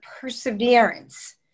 perseverance